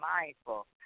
mindful